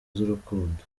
z’urukundo